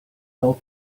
dog